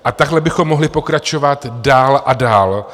A tak bychom mohli pokračovat dál a dál.